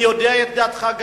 אני יודע גם את דעתך.